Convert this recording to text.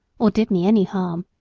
or did me any harm,